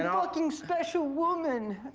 and fucking special woman,